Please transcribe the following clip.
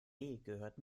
gehört